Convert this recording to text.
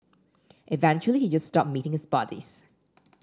eventually he just stopped meeting his buddies